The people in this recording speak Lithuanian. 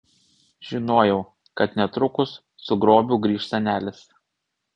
žinojau kad netrukus su grobiu grįš senelis